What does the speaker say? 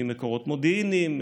ממקורות מודיעיניים,